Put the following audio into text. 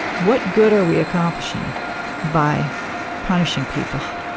what good are we accomplishing by punishing people?